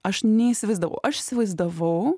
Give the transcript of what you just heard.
aš neįsivaizdavau aš įsivaizdavau